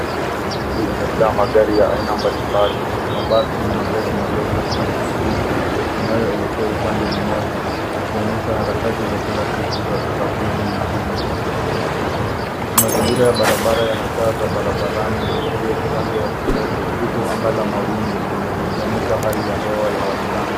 Mji umejaa magari ya aina mbalimbali mabasi, magari madogo na pikipiki yanayoelekea upande mmoja yakionyesha harakati za kila siku za usafiri mijini. Mazingira ya barabara yana taa za barabarani na uzio upande wa kushoto huku anga la mawingu likionyesha hali ya hewa ya wastani.